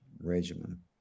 regimen